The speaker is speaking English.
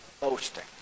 boasting